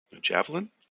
javelin